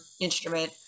instrument